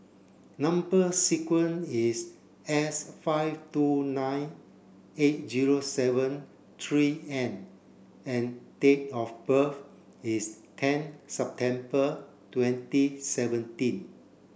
number sequence is S five two nine eight zero seven three N and date of birth is ten September twenty seventeen